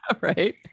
Right